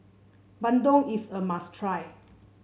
bandung is a must try